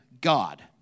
God